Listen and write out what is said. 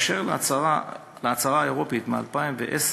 באשר להצהרה האירופית מ-2010,